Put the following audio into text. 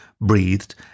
breathed